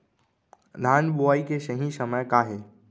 धान बोआई के सही समय का हे?